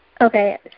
Okay